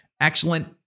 excellent